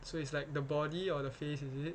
so it's like the body or the face is it